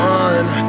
one